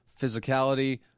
physicality